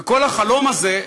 וכל החלום הזה,